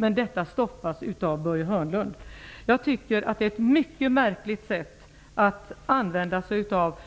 Men detta stoppas av Börje Hörnlund. Jag tycker att det är ett mycket märkligt sätt att använda